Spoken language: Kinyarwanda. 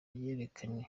ryegukanywe